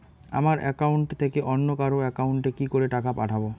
আমার একাউন্ট থেকে অন্য কারো একাউন্ট এ কি করে টাকা পাঠাবো?